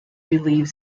relieve